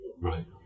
Right